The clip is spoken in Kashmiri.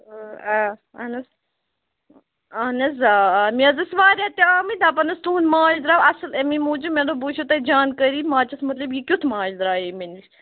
آ اَہَن حظ اَہن حظ آ آ مےٚ حظ ٲس واریاہ تہِ آمٕتۍ دَپان ٲس تُہُنٛد مانٛچھ درٛاو اَصٕل اَمی موٗجوٗب مےٚ دوٚپ بہٕ وُچھو تۄہہِ جانکٲری مانٛچھس مُتعلِق یہِ کٮُ۪تھ مانٛچھ درٛایے مےٚ نِش